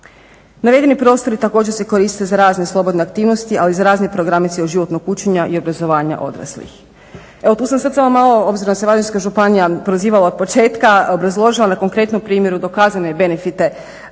Navedeni prostori također se koriste za razne slobodne aktivnosti, ali i za razne programe cjeloživotnog učenja i obrazovanja odraslih. Evo tu sam sad samo malo, obzirom da se Varaždinska županija prozivala otpočetka, obrazložila na konkretnom primjeru dokazane benefite